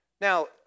Now